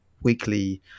weekly